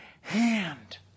hand